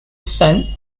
son